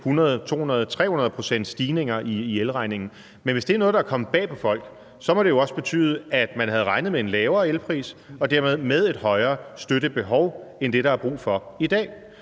100, 200, 300 pct.s stigninger i elregningen. Men hvis det er noget, der er kommet bag på folk, må det jo også betyde, at man havde regnet med en lavere elpris og dermed med et højere støttebehov end det, der er brug for i dag.